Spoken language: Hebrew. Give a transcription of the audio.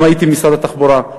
גם הייתי במשרד התחבורה,